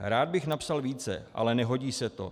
Rád bych napsal více, ale nehodí se to.